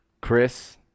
Chris